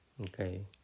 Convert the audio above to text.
okay